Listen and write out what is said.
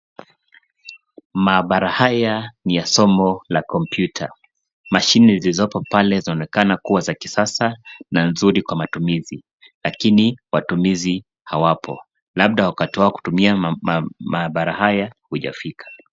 Maabara haya ni ya somo la kompyuta, mashine zilizoko pale zaonekana ni ya kisasa na nzuri kwa matumizi lakini watumizi hawapo, labda muda wao kutumia maabara haya haujafika.